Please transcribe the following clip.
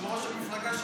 של ראש המפלגה שלך,